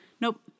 nope